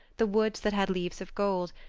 the wood that had leaves of gold,